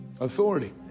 Authority